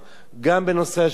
גם בנושא השיכון,